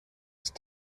ist